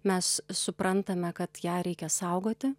mes suprantame kad ją reikia saugoti